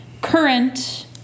current